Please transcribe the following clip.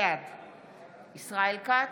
בעד ישראל כץ,